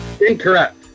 Incorrect